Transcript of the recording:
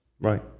Right